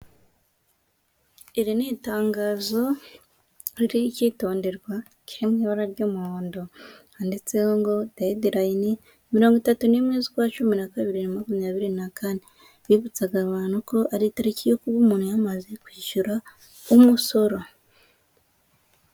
Iri ni itangazo ririho icyitonderwa kiri mu ibara ry'umuhondo handitseho ngo dedilayini, mirongo itatu n'imwe z'ukwa cumi na kabiri bibiri na makumyabiri na kane, bibutsaga abantu ko ari itariki yo kuba umuntu yamaze kwishyura umusoro.